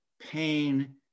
pain